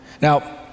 Now